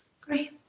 great